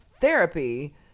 therapy